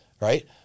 right